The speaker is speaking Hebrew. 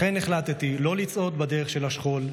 לכן החלטתי לא לצעוד בדרך של השכול,